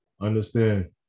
understand